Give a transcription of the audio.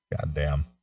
Goddamn